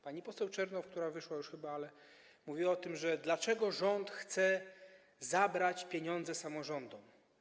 Pani poseł Czernow, która wyszła już chyba, pytała o to, dlaczego rząd chce zabrać pieniądze samorządom.